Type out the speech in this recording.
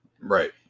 Right